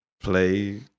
play